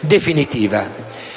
definitiva.